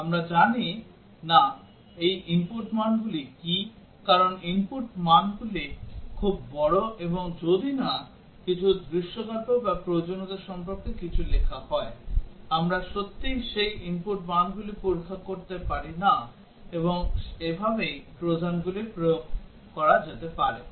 আমরা জানি না এই input মানগুলি কী কারণ input মানগুলি খুব বড় এবং যদি না কিছু দৃশ্যকল্প বা প্রয়োজনীয়তা সম্পর্কে কিছু লেখা হয় আমরা সত্যিই সেই input মানগুলি পরীক্ষা করতে পারি না এবং এভাবেই ট্রোজানগুলি প্রয়োগ করা যেতে পারে